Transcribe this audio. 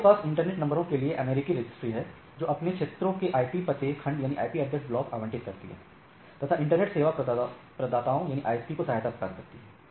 हमारे पास इंटरनेट नंबरों के लिए अमेरिकी रजिस्ट्री है जो अपने क्षेत्रों के आईपी पते खंड आवंटित करती हैं तथा इंटरनेट सेवा प्रदाताओं को सहायता प्रदान करती है